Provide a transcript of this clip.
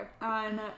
On